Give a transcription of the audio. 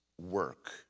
work